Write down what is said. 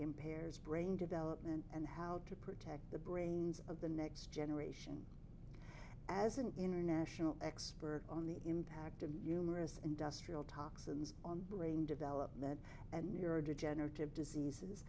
impairs brain development and how to protect the brains of the next generation as an international expert on the impact of humor as industrial toxins on brain development and neurodegenerative diseases